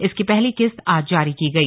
इसकी पहली किस्त आज जारी की गई